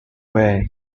where